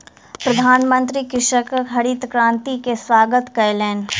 प्रधानमंत्री कृषकक हरित क्रांति के स्वागत कयलैन